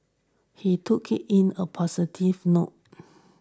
he took in a positive note